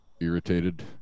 irritated